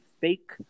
fake